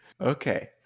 Okay